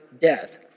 death